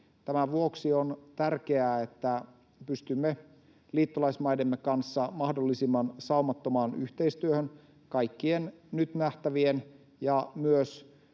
Tämän vuoksi on tärkeää, että pystymme liittolaismaidemme kanssa mahdollisimman saumattomaan yhteistyöhön kaikkien nyt nähtävien ja myös